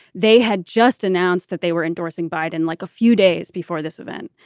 they had just announced that they were endorsing biden like a few days before this event.